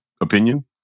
opinion